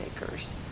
makers